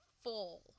full